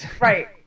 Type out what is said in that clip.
Right